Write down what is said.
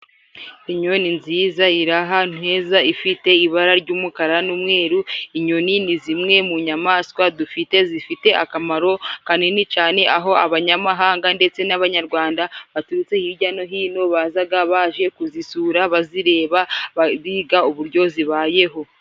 Inyoni nziza, irahantu heza, ifite ibara ry'umukara n'umweru. Inyoni ni zimwe mu nyamaswa dufite, zifite akamaro kanini cane, aho abanyamahanga, ndetse n'Abanyarwanda baturutse hirya no hino, bazaga baje kuzisura, bazireba, biga uburyo zibayeho.